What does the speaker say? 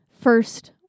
first